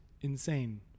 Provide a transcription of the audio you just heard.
insane